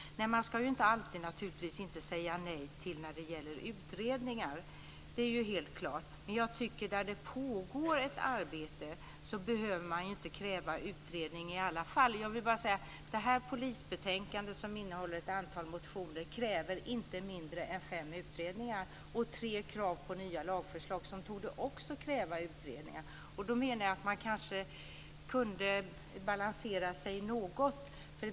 Man ska naturligtvis inte alltid säga nej till utredningar, men jag tycker att man där det pågår ett arbete inte behöver kräva ytterligare utredning. I betänkandet om polisfrågor, där ett antal motioner behandlas, begärs inte mindre än fem utredningar och framförs tre nya lagförslag, som också torde kräva utredningar. Jag menar att man kanske kunde balansera kraven något.